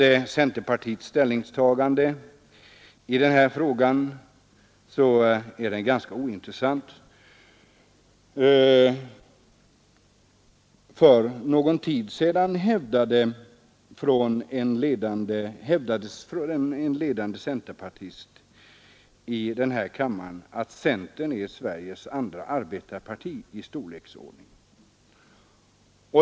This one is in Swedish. Centerpartiets ställningstagande i sådana frågor är ganska intressant. För någon tid sedan hävdade en ledande centerpartist i denna kammare att centern är Sveriges andra arbetarparti i storleksordning.